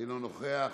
אינו נוכח,